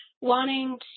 wanting